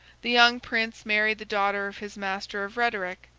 the young prince married the daughter of his master of rhetoric,